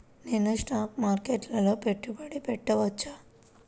నేను స్టాక్ మార్కెట్లో పెట్టుబడి పెట్టవచ్చా?